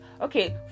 okay